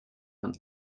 von